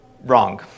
wrong